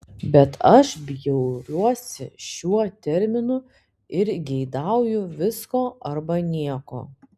bet aš bjauriuosi šiuo terminu ir geidauju visko arba nieko